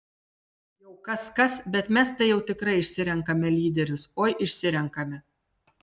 jau kas kas bet mes tai jau tikrai išsirenkame lyderius oi išsirenkame